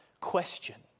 question